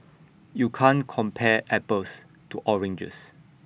you can't compare apples to oranges